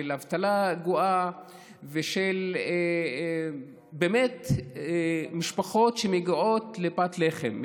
של אבטלה גואה ושל משפחות שבאמת מגיעות לפת לחם,